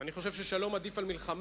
אני חושב ששלום עדיף על מלחמה,